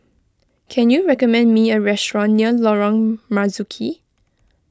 can you recommend me a restaurant near Lorong Marzuki